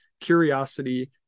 Curiosity